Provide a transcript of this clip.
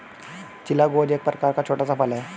चिलगोजा एक प्रकार का छोटा सा फल है